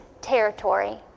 territory